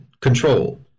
control